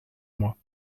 moi